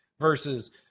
versus